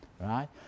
right